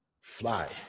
fly